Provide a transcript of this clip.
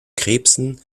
krebsen